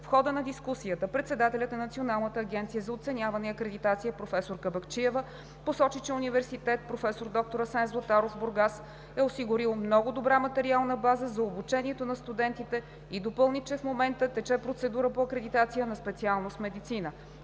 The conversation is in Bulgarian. В хода на дискусията председателят на Националната агенция за оценяване и акредитация професор Кабакчиева посочи, че Университет „Проф. д-р Асен Златаров“ – Бургас, е осигурил много добра материална база за обучението на студентите и допълни, че в момента тече процедура по акредитация на специалност „Медицина“.